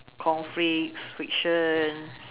conflicts friction